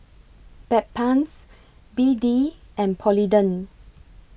Bedpans B D and Polident